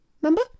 Remember